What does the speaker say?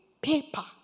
paper